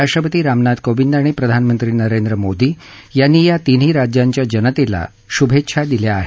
राष्ट्रपती रामनाथ कोंविद आणि प्रधानमंत्री नरेंद्र मोदी यांनी या तिन्ही राज्याच्या जनतेला शुभेच्छा दिल्या आहेत